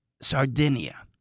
Sardinia